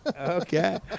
Okay